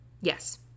yes